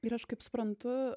ir aš kaip suprantu